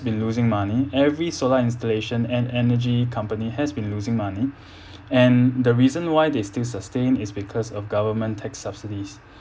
been losing money every solar installation and energy company has been losing money and the reason why they still sustain is because of government tax subsidies